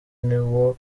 niwo